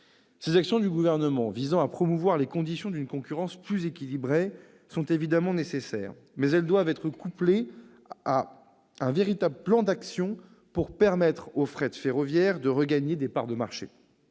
Ces actions du Gouvernement, visant à promouvoir les conditions d'une concurrence plus équilibrée, sont évidemment nécessaires. Mais elles doivent être couplées à un véritable plan d'action pour permettre au fret ferroviaire de regagner des parts de marché.